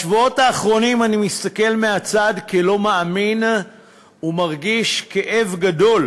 בשבועות האחרונים אני מסתכל מהצד כלא מאמין ומרגיש כאב גדול,